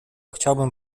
chciałbym